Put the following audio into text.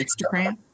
Instagram